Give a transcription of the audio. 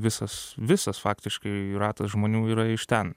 visas visas faktiškai ratas žmonių yra iš ten